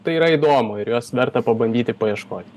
tai yra įdomu ir juos verta pabandyti paieškoti